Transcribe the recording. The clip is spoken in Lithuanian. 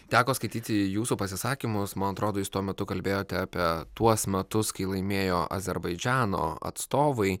teko skaityti jūsų pasisakymus man atrodo jūs tuo metu kalbėjote apie tuos metus kai laimėjo azerbaidžano atstovai